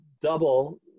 double